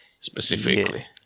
specifically